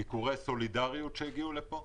היו ביקורי סולידריות שהגיעו לפה.